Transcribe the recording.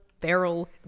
feral